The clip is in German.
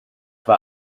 war